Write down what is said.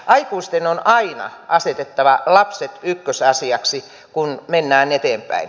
aikuisten on aina asetettava lapset ykkösasiaksi kun mennään eteenpäin